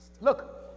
Look